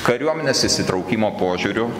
kariuomenės įsitraukimo požiūriu